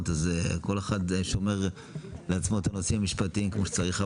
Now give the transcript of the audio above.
אז כל אחד שומר לעצמו את הנושאים המשפטיים כמו שצריך.